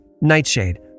nightshade